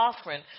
offering